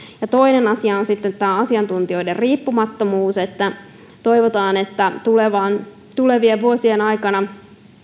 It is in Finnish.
toinen asia on sitten tämä asiantuntijoiden riippumattomuus toivotaan että tulevien vuosien aikana